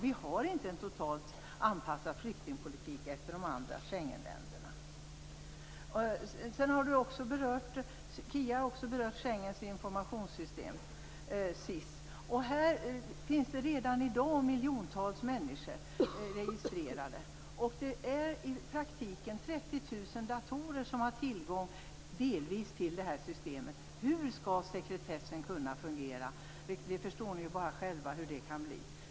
Vi har inte en flyktingpolitik som är totalt anpassad efter de andra Schengenländerna. Kia Andreasson har också berört Schengens informationssystem SIS. Här finns det redan i dag miljontals människor registrerade. Det finns i praktiken 30 000 datorer som delvis har tillgång till det här systemet. Hur skall sekretessen kunna fungera? Det förstår ni själva hur det kan bli.